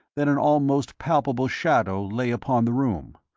that an almost palpable shadow lay upon the room.